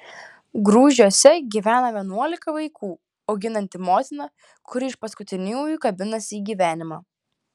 grūžiuose gyvena vienuolika vaikų auginanti motina kuri iš paskutiniųjų kabinasi į gyvenimą